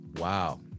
wow